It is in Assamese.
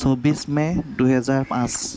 চৌব্বিছ মে' দুহেজাৰ পাঁচ